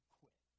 quit